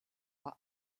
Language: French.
m’a